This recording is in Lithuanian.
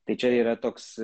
tai čia yra toks